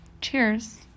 Cheers